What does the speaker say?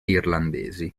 irlandesi